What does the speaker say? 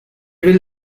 will